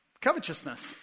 Covetousness